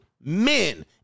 men